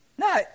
No